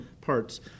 parts